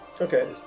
Okay